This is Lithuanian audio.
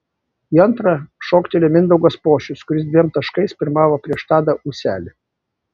į antrą šoktelėjo mindaugas pošius kuris dviem taškais pirmavo prieš tadą ūselį